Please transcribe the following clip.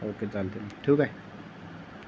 okay चालते आहे ठेवू काय